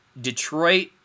Detroit